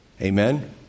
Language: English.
Amen